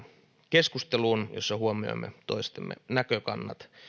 keskusteluun jossa huomioimme toistemme näkökannat